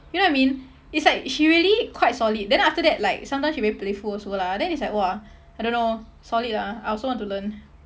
you know what I mean it's like she really quite solid then after that like sometimes she very playful also lah then it's like !wah! I don't know solid lah I also want to learn